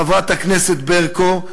חברת הכנסת ברקו,